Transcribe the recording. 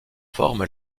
forme